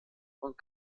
und